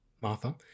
Martha